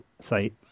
site